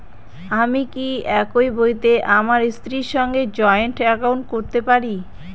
আমি কি একই বইতে আমার স্ত্রীর সঙ্গে জয়েন্ট একাউন্ট করতে পারি?